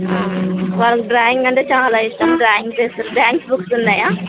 వాళ్ళకి డ్రాయింగ్ అంటే చాలా ఇష్టం డ్రాయింగ్స్ వేస్తారు డ్రాయింగ్స్ బుక్స్ ఉన్నాయా